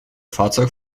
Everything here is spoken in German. fahrzeug